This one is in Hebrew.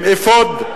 עם אפוד,